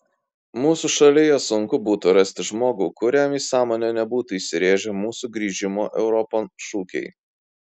mūsų šalyje sunku būtų rasti žmogų kuriam į sąmonę nebūtų įsirėžę mūsų grįžimo europon šūkiai